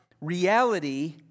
reality